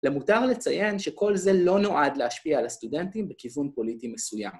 למותר לציין שכל זה לא נועד להשפיע על הסטודנטים בכיוון פוליטי מסוים.